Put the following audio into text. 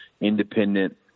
independent